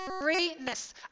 greatness